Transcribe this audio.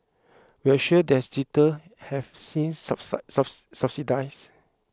we're sure those jitter have since subsided